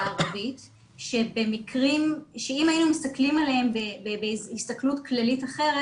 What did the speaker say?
הערבית שאם היינו מסתכלים עליהם בהסתכלות כללית אחרת